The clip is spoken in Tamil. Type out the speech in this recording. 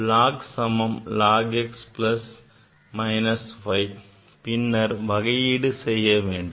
Log q சமம் log x plus minus y பின்னர் வகையீடு செய்ய வேண்டும்